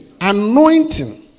anointing